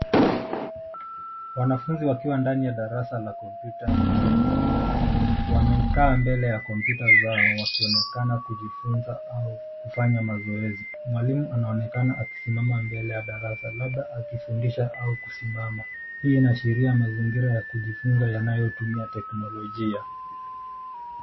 Wanafunzi wakiwa ndani ya darasa la kompyuta nchini. Wamekaa mbele ya kompyuta zao wakionekana kujifunza au kufanya mazoezi. Mwalimu anaonekana akisimama mbele ya darasa labda akifundisha au kusimama. Hii inaashiria mazingira ya kujifunza yanayotumia teknolojia.